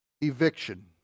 Eviction